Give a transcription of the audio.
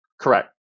Correct